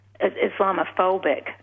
Islamophobic